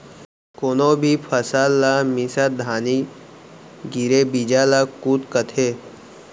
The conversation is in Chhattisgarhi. कोनो भी फसल ला मिसत घानी गिरे बीजा ल कुत कथें